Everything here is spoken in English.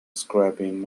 scraping